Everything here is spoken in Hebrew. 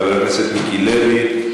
חבר הכנסת מיקי לוי.